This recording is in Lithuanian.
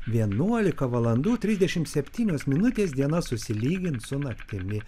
vienuolika valandų trisdešimt septynios minutės diena susilygins su naktimi